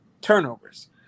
turnovers